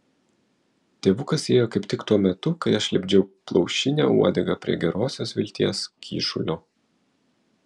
tėvukas įėjo kaip tik tuo metu kai aš lipdžiau plaušinę uodegą prie gerosios vilties kyšulio